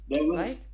Right